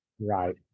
right